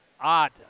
Odd